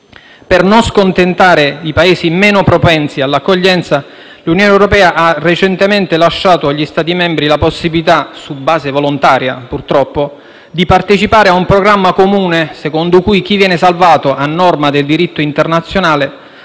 Per non scontentare i Paesi meno propensi all'accoglienza, l'Unione europea ha recentemente lasciato agli Stati membri la possibilità, su base volontaria purtroppo, di partecipare a un programma comune secondo cui chi viene salvato a norma del diritto internazionale